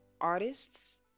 artists